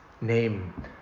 name